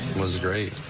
was great.